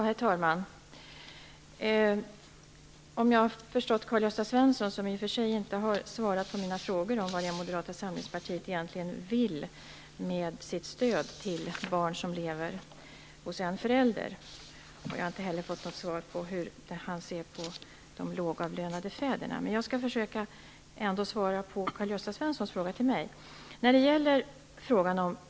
Herr talman! Karl-Gösta Svenson svarade i och för sig inte på mina frågor om vad Moderata samlingspartiet egentligen vill med sitt stöd till barn som lever hos en förälder och inte heller på frågan om hans syn på de lågavlönade fäderna. Men jag skall ändå försöka svara på Karl-Gösta Svensons frågor till mig.